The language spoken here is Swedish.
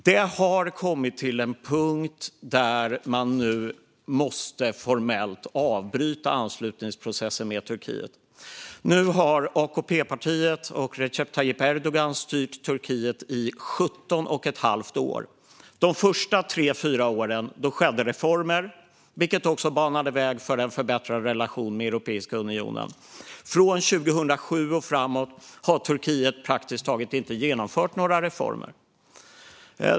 Det har kommit till en punkt där man nu måste formellt avbryta anslutningsprocessen med Turkiet. Nu har AKP-partiet och Recep Tayyip Erdogan styrt Turkiet i 17 1⁄2 år. De första tre fyra åren skedde reformer, vilket också banade väg för en förbättrad relation med Europeiska unionen. Från 2007 och framåt har Turkiet praktiskt taget inte genomfört några reformer.